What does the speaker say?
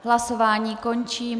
Hlasování končím.